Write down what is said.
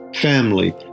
family